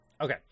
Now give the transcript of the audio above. Okay